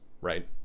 right